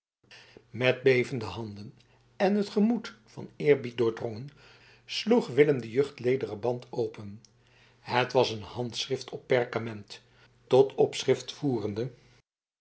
met bevende handen en het gemoed van eerbied doordrongen sloeg willem den juchtlederen band open het was een handschrift op perkament tot opschrift voerende